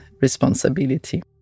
responsibility